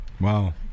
Wow